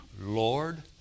Lord